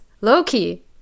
loki